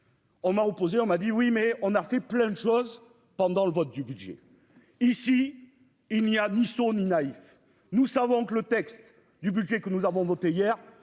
On m'a opposé, on m'a dit oui mais on a fait plein de choses pendant le vote du budget. Ici il n'y a ni son ni naïfs. Nous savons que le texte du budget que nous avons voté hier